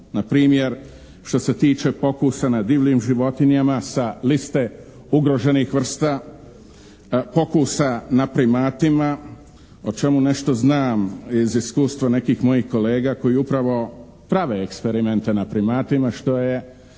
na primjer što se tiče pokusa na divljim životinjama sa liste ugroženih vrsta, pokusa na primatima o čemu nešto znam iz iskustva nekih mojih kolega koji upravo prave eksperimente na primatima što je